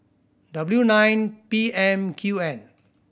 W nine P M Q N